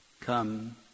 Come